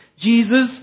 Jesus